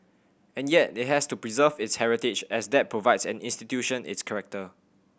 and yet they has to preserve its heritage as that provides an institution its character